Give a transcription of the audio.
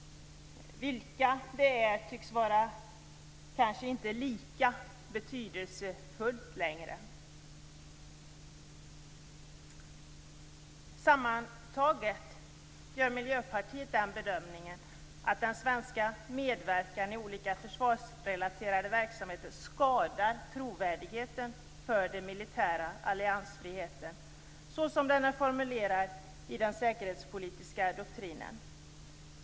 Vilka de är tycks inte vara lika betydelsefullt längre. Sammantaget gör Miljöpartiet bedömningen att den svenska medverkan i olika försvarsrelaterade verksamheter skadar trovärdigheten för den militära alliansfriheten så som den är formulerad i den säkerhetspolitiska doktrinen.